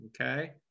okay